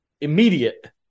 immediate